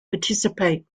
participate